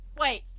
Wait